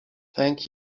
thank